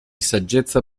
saggezza